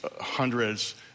hundreds